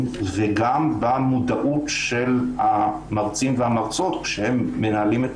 וגם במודעות של המרצים והמרצות כשהם מנהלים את